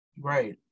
Right